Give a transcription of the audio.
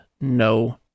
no